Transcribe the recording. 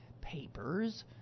papers